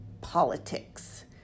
politics